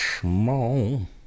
small